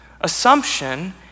Assumption